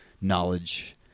knowledge